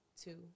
two